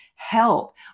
help